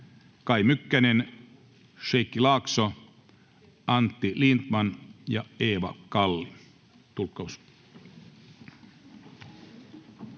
Kai Mykkänen, Sheikki Laakso, Antti Lindtman ja Eeva Kalli.